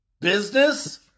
business